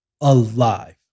Alive